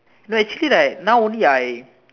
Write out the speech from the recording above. no actually like know only I